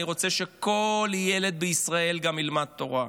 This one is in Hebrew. אני רוצה שכל ילד בישראל גם ילמד תורה,